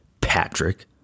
Patrick